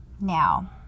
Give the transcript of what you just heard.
Now